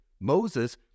Moses